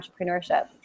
entrepreneurship